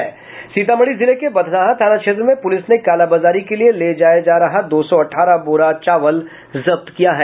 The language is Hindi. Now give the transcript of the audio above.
सीतामढ़ी जिले के बथनाहा थाना क्षेत्र में पुलिस ने कालाबाजारी के लिए ले जाये जा रहे दो सौ अठारह बोरा चावल जब्त किया है